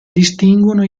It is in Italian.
distinguono